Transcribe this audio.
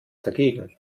dagegen